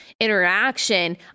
interaction